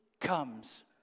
comes